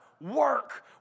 work